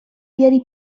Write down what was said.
بیاری